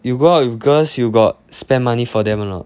you go out with girls you got spend money for them or not